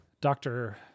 doctor